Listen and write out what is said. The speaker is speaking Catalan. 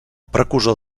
precursor